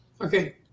okay